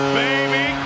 baby